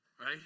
right